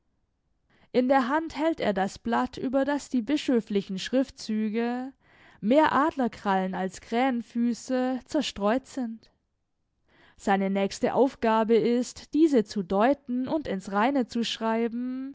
in der hand hält er das blatt über das die bischöflichen schriftzüge mehr adlerkrallen als krähenfüße zerstreut sind seine nächste aufgabe ist diese zu deuten und ins reine zu schreiben